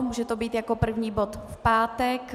Může to být jako první bod v pátek.